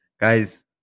guys